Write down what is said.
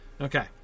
Okay